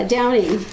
Downing